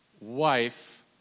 wife